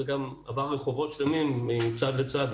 זה גם עבר רחובות שלמים מצד לצד.